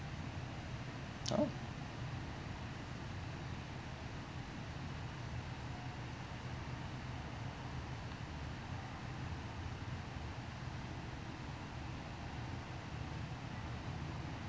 oh